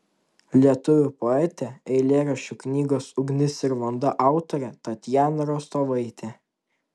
lietuvių poetė eilėraščių knygos ugnis ir vanduo autorė tatjana rostovaitė